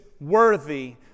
worthy